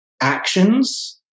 actions